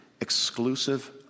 exclusive